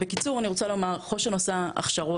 בקיצור, אני רוצה לומר, חוש"ן עושה הכשרות